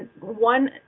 one